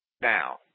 Now